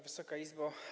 Wysoka Izbo!